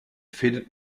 findet